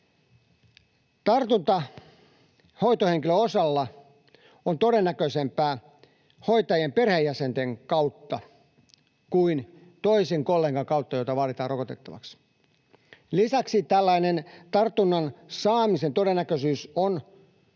Tartunta hoitohenkilön osalta on todennäköisempää hoitajien perheenjäsenten kautta kuin toisen kollegan kautta, jota vaaditaan rokotettavaksi. Lisäksi tartunnan saaminen on todennäköisempää